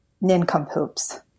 nincompoops